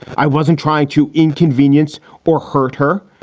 i wasn't trying to inconvenience or hurt her.